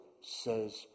says